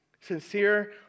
Sincere